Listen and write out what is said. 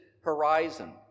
horizon